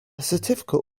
certificate